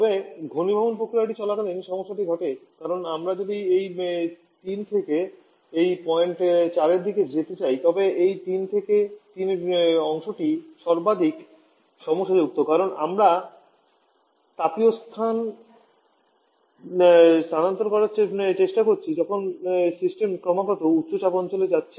তবে ঘনীভবন প্রক্রিয়া চলাকালীন সমস্যাটি ঘটে কারণ আমরা যদি এই 3 থেকে এই পয়েন্ট 4 এর দিকে যেতে চাই তবে এই 3 থেকে 3 এ অংশটি সর্বাধিক সমস্যাযুক্ত কারণ এখানে আমরা তাপীয় তাপ স্থানান্তর করার চেষ্টা করছি যখন সিস্টেম ক্রমাগত উচ্চ চাপ অঞ্চলে চলেছে